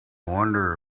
wonder